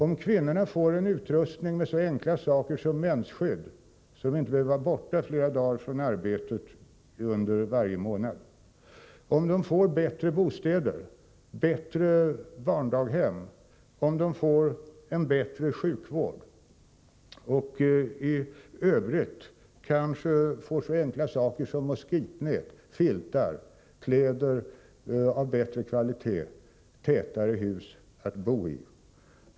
Det kan ske genom att kvinnor får så enkla saker som mensskydd, så att de inte behöver vara borta från arbetet flera dagar varje månad, genom att de får bättre barndaghem, bättre sjukvård och kanske så enkla saker som moskitnät, filtar, bättre kläder och tätare hus att bo i.